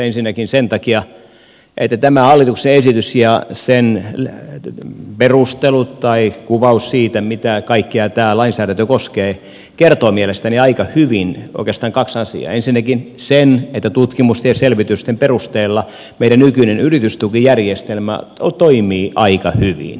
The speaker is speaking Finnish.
ensinnäkin sen takia että tämä hallituksen esitys ja sen perustelut tai kuvaus siitä mitä kaikkea tämä lainsäädäntö koskee kertoo mielestäni aika hyvin oikeastaan kaksi asiaa ensinnäkin sen että tutkimusten ja selvitysten perusteella meidän nykyinen yritystukijärjestelmämme toimii aika hyvin